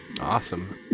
Awesome